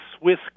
Swiss